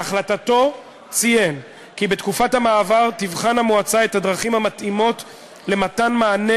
בהחלטתו ציין כי בתקופת המעבר תבחן המועצה את הדרכים המתאימות למתן מענה